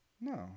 No